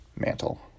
Mantle